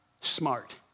smart